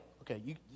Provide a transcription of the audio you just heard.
Okay